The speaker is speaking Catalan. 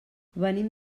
venim